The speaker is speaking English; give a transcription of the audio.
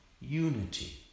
unity